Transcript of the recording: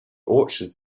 orchid